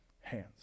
hands